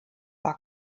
war